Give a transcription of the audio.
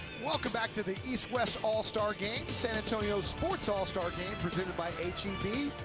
welcome back to the east-west all star game, san antonio's sports all star game presented by h e b.